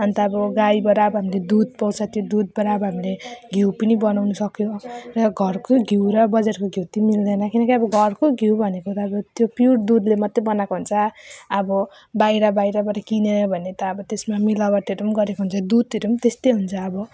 अनि त अब गाईबाट अब हामीले दुध पाउँछ त्यो दुधबाट अब हामीले घिउ पनि बनाउनुसक्यो र घरको घिउ र बजारको घिउ ती मिल्दैन किनकि अब घरको घिउ भनेको त त्यो प्युर दुधले मात्रै बनाएको हुन्छ अब बाहिर बाहिरबाट किन्यो भने त अब त्यसमा मिलावटहरू पनि गरेको हुन्छ दुधहरू पनि त्यस्तै हुन्छ अब